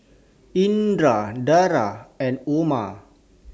Indra Dara and Umar